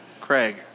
Craig